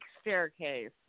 staircase